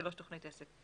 תוכנית עסק.